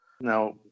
Now